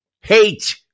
hate